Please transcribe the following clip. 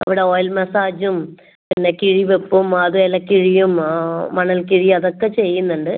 ഇവിടെ ഓയിൽ മസാജും പിന്നെ കിഴി വെപ്പും അതും എല്ലാം കിഴിയും മണൽക്കിഴി അതൊക്കെ ചെയ്യുന്നുണ്ട്